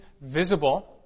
visible